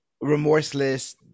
remorseless